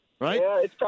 right